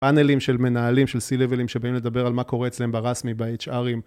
פאנלים של מנהלים של C-Level'ים שבאים לדבר על מה קורה אצלהם ברסמי ב-HR'ים.